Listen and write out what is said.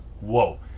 whoa